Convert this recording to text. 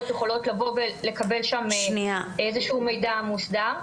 יכולות לבוא ולקבל שם איזה שהוא מידע מוסדר.